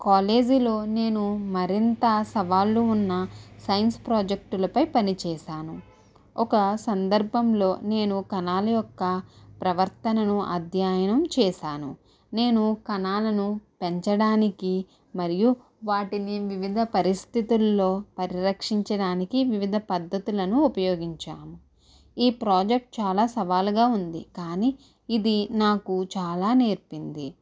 కాలేజీలో నేను మరింత సవాళ్ళు ఉన్న సైన్స్ ప్రాజెక్ట్లపై పనిచేశాను ఒక సందర్భంలో నేను కణాల యొక్క ప్రవర్తనను అధ్యయనం చేశాను నేను కణాలను పెంచడానికి మరియు వాటిని వివిధ పరిస్థితుల్లో పరిరక్షించడానికి వివిధ పద్ధతులను ఉపయోగించాను ఈ ప్రాజెక్ట్ చాలా సవాల్గా ఉంది కానీ ఇది నాకు చాలా నేర్పింది